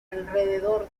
alrededor